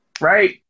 Right